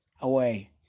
away